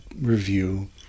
review